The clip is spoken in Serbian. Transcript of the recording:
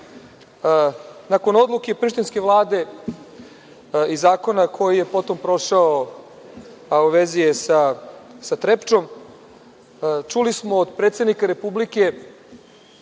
odluke prištinske vlade i zakona koji je potom prošao, a u vezi je sa „Trepčom“, čuli smo od predsednika Republike